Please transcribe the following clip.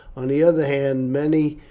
on the other hand many,